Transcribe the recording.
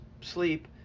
sleep